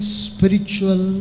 spiritual